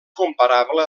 comparable